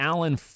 Alan